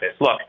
Look